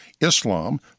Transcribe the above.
Islam